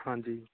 ਹਾਂਜੀ